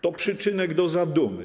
To przyczynek do zadumy.